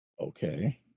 Okay